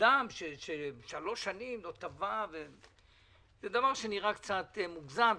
אדם שבמשך שלוש שנים לא תבע, זה נראה קצת מוגזם.